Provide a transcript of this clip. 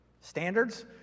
Standards